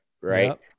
Right